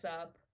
up